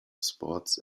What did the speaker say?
sports